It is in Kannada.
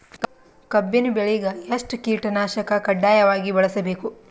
ಕಬ್ಬಿನ್ ಬೆಳಿಗ ಎಷ್ಟ ಕೀಟನಾಶಕ ಕಡ್ಡಾಯವಾಗಿ ಬಳಸಬೇಕು?